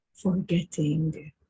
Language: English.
forgetting